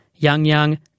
Yangyang